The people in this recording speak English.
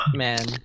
man